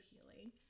healing